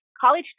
college